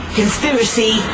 conspiracy